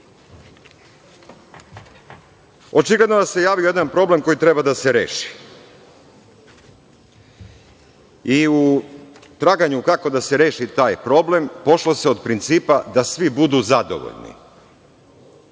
SRS.Očigledno je da se javio jedan problem koji treba da se reši i u traganju kako treba da se reši taj problem pošlo se od principa da svi budu zadovoljni.